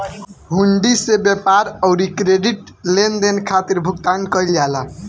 हुंडी से व्यापार अउरी क्रेडिट लेनदेन खातिर भुगतान कईल जाला